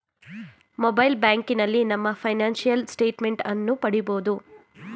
mobile ಬ್ಯಾಂಕಿನಲ್ಲಿ ನಮ್ಮ financial statement ಅನ್ನು ಪಡಿಬೋದು